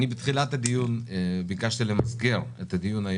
בתחילת הדיון היום ביקשתי למסגר את הדיון.